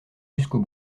jusqu’au